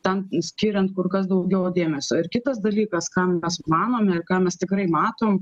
tam skiriant kur kas daugiau dėmesio ir kitas dalykas ką mes manome ir ką mes tikrai matom